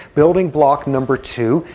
building block number two,